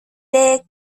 les